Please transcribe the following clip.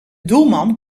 doelman